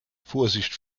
vorsicht